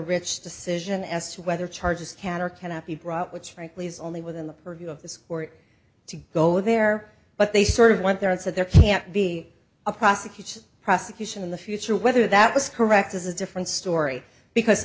rich decision as to whether charges can or cannot be brought which frankly is only within the purview of this court to go there but they sort of went there and said there can't be a prosecution prosecution in the future whether that was correct is a different story because